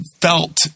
felt